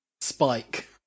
spike